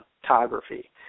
photography